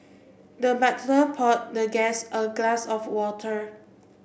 the butler poured the guest a glass of water